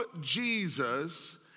Jesus